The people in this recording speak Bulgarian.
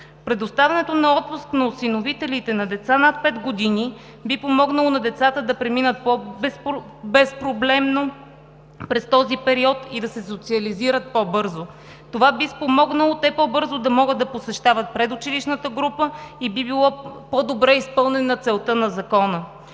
Предоставянето на отпуск на осиновителите на деца над 5 години би помогнало на децата да преминат по-безпроблемно през този период и да се социализират по-бързо. Това би спомогнало те по-бързо да могат да посещават предучилищната група и би било по-добре изпълнена целта на закона.